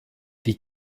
die